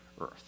earth